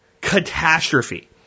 catastrophe